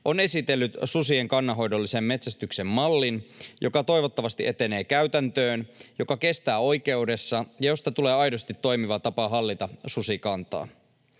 on esitellyt susien kannanhoidollisen metsästyksen mallin, joka toivottavasti etenee käytäntöön, joka kestää oikeudessa ja josta tulee aidosti toimiva tapa hallita susikantaa.